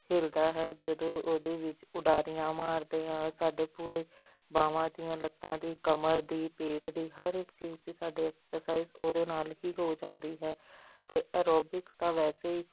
ਹਿੱਲਦਾ ਹੈ ਜਦੋਂ ਉਹਦੇ ਵਿੱਚ ਉਡਾਰੀਆਂ ਮਾਰਦੇ ਆ ਸਾਡੇ ਪੂਰੇ ਬਾਹਵਾਂ ਦੀਆਂ ਲੱਤਾਂ ਦੀ ਕਮਰ ਦੀ ਪੇਟ ਦੀ ਹਰ ਇੱਕ ਚੀਜ਼ ਦੀ ਸਾਡੇ ਐਕਸਾਈਜ਼ ਉਹਦੇ ਨਾਲ ਕਿ ਹੋ ਜਾਂਦੀ ਹੈ ਅਤੇ ਐਰੋਬਿਕਸ ਦਾ ਵੈਸੇ ਹੀ